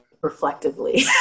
reflectively